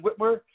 Whitmer